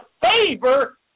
favor